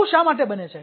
આવું શા માટે બને છે